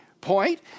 Point